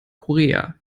korea